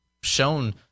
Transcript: shown